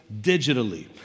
digitally